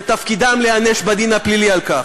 ודינם להיענש בדין הפלילי על כך.